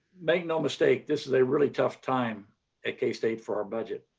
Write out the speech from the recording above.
make no mistake, this is a really tough time at k-state for our budget.